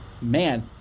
man